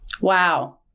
Wow